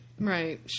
Right